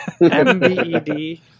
M-B-E-D